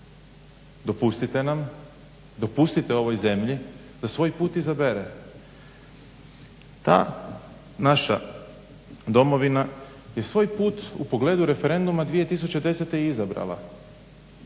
Dopustite nam, dopustite ovoj zemlji da svoj put izabere. Ta naša domovina je svoj put u pogledu referenduma 2010.izabrala.